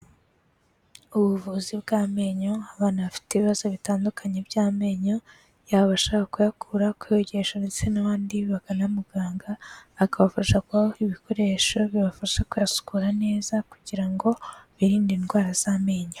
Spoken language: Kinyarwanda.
Ubuvuzi bw'amenyo, abana bafite ibibazo bitandukanye by'amenyo, yaba abashaka kuyakura, kuyogesha ndetse n'abandi bagana muganga, akabafasha kubaha ibikoresho bibafasha kuyasukura neza ,kugira ngo birinde indwara z'amenyo.